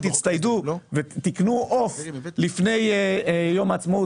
"תצטיידו ותקנו עוף לפני יום העצמאות